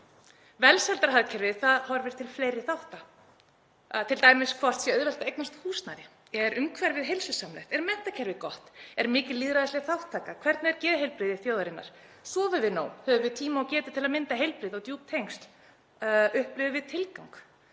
Velsældarhagkerfið horfir til fleiri þátta, t.d. hvort það sé auðvelt að eignast húsnæði; er umhverfið heilsusamlegt, er menntakerfið gott, er mikil lýðræðisleg þátttaka, hvernig er geðheilbrigði þjóðarinnar, sofum við nóg, höfum við tíma og getu til að mynda heilbrigð og djúp tengsl, upplifum við tilgang,